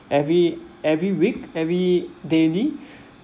every every week every daily